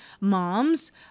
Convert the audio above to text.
moms